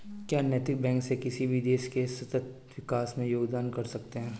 क्या नैतिक बैंक किसी भी देश के सतत विकास में योगदान कर सकते हैं?